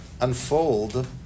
unfold